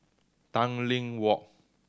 Tanglin Walk